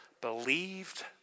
believed